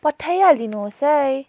पठाइहालिदिनुहोस् है